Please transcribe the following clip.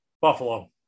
Buffalo